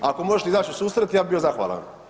Ako možete izaći u susret, ja bi bio zahvalan.